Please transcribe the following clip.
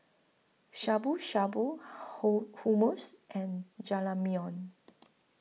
Shabu Shabu Hummus and Jajangmyeon